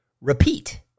Repeat